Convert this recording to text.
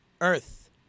Earth